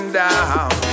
down